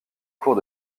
cours